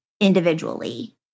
individually